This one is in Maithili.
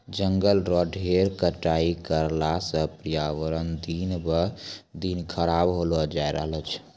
जंगल रो ढेर कटाई करला सॅ पर्यावरण दिन ब दिन खराब होलो जाय रहलो छै